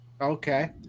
Okay